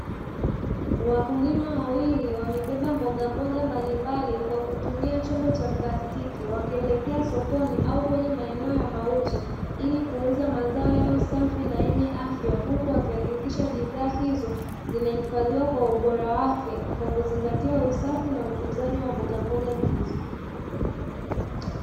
Wakulima wawili wamebeba mbogamboga mbalimbali kwa kutumia chombo cha plastiki, wakielekea sokoni au kwenye maeneo ya mauzo ili kuuza mazao yao safi na yenye afya; huku wakihakikisha bidhaa hizo zinahifadhiwa kwa ubora wake kwa kuzingatia usafi na utunzaji wa mbogamboga hizo.